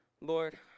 Lord